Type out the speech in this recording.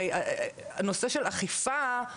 הרי הנושא של אכיפה,